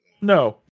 no